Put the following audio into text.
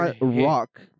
rock